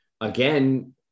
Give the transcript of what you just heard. again